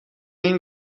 این